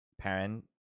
parent